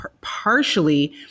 partially